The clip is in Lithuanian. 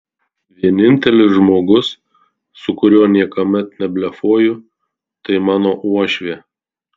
vienintelis žmogus su kuriuo niekuomet neblefuoju tai mano uošvė